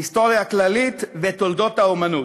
היסטוריה כללית ותולדות האמנות,